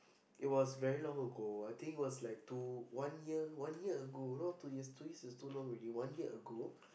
it was very long ago I think it was like two one year one year ago no two years two years is too already one year ago